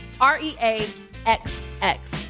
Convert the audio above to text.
r-e-a-x-x